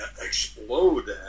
explode